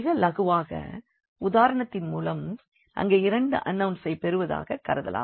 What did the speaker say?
மிக இலகுவான உதாரணத்தின் மூலம் அங்கே இரண்டு அன்னோன்ஸ் ஐ நாம் பெறுவதாகக் கருதலாம்